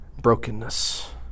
brokenness